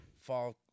fall